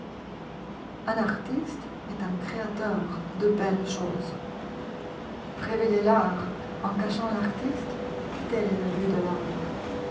n artiste est un créateur de bettes choses révéler l'art en cachant l'artiste tel est le but de l'art